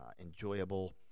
enjoyable